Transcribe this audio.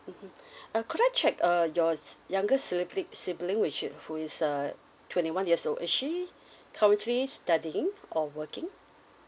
mmhmm uh could I check uh your younger sibling which is who is uh twenty one years old is she currently studying or working